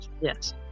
yes